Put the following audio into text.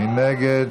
מי נגד?